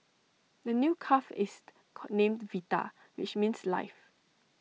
the new calf is named Vita which means life